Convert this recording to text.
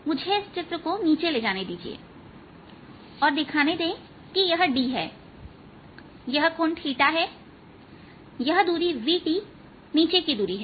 मुझे इस चित्र को नीचे ले जाने दीजिए और दिखाने दे कि यह d है यह कोण θ है यह दूरी vt नीचे की दूरी है